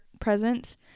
present